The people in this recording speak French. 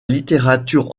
littérature